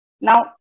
Now